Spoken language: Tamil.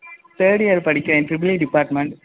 தேர்ட் இயர் படிக்கின்றேன் ட்ரிபிள் இ டிப்பார்ட்மெண்ட்